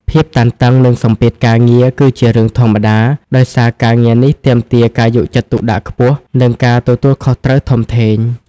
ភាពតានតឹង និងសម្ពាធការងារ គឺជារឿងធម្មតា ដោយសារការងារនេះទាមទារការយកចិត្តទុកដាក់ខ្ពស់ និងការទទួលខុសត្រូវធំធេង។